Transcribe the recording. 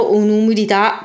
un'umidità